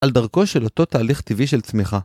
על דרכו של אותו תהליך טבעי של צמיחה.